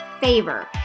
favor